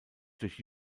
durch